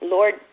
Lord